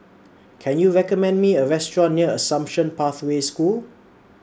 Can YOU recommend Me A Restaurant near Assumption Pathway School